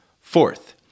Fourth